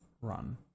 run